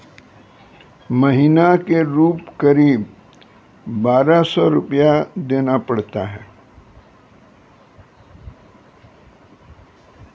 महीना के रूप क़रीब बारह सौ रु देना पड़ता है?